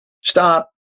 stop